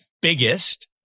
biggest